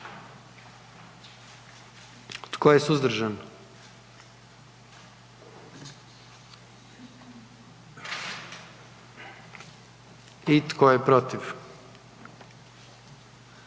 Tko je suzdržan? I tko je protiv?